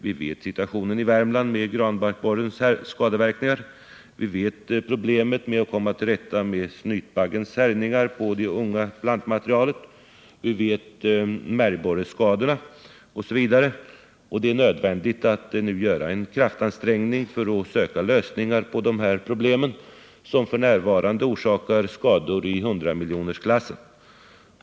Vi känner till situationen i Värmland med granbarkborrens skadeverkningar, vi kännertill problemen med att komma till rätta med snytbaggens härjningar på det unga plantmaterialet, vi känner till märgborreskadorna osv. Det är nödvändigt att nu göra en kraftansträngning för att söka lösningar på dessa problem som f. n. orsakar skador i 100-miljonersklassen.